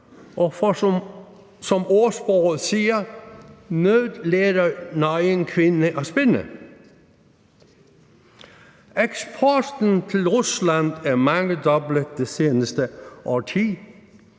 for som ordsproget siger: Nød lærer nøgen kvinde at spinde. Eksporten til Rusland er mangedoblet det seneste årti.